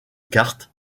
cartes